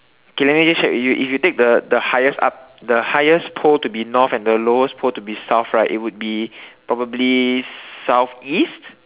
okay let me check with you you take the the highest up the highest pole to be north the lowest pole to be South it will be probably south east